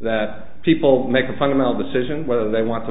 that people make a fundamental decision whether they want to